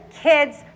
kids